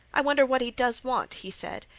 i wonder what he does want, he said.